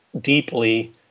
deeply